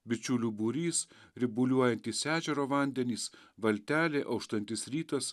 bičiulių būrys ribuliuojantys ežero vandenys valtelė auštantis rytas